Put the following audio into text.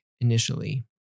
initially